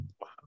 wow